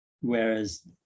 whereas